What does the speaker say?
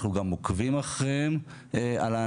אנחנו גם עוקבים אחרי הנעשה.